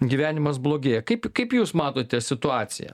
gyvenimas blogėja kaip kaip jūs matote situaciją